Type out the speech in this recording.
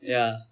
ya